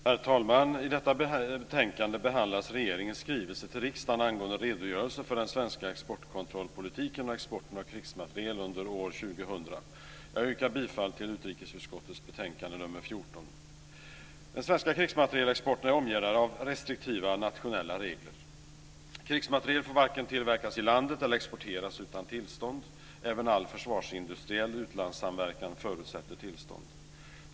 Herr talman! I detta betänkande behandlas regeringens skrivelse till riksdagen angående redogörelse för den svenska exportkontrollpolitiken och exporten av krigsmateriel under år 2000. Jag yrkar bifall till utrikesutskottets förslag i betänkande nr 14. Den svenska krigsmaterielexporten är omgärdad av restriktiva nationella regler. Krigsmateriel får varken tillverkas i landet eller exporteras utan tillstånd, och all försvarsindustriell utlandssamverkan förutsätter tillstånd.